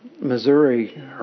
Missouri